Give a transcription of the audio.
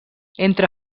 entre